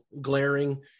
glaring